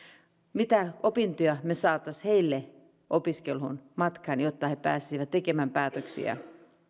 mitä opintoja me saisimme heille opiskeluun matkaan jotta he pääsisivät tekemään päätöksiä